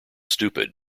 stupid